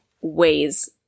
ways